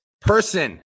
person